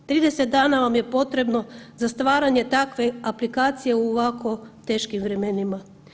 30 dana vam je potrebno za stvaranje takve aplikacije u ovako teškim vremenima.